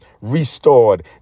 restored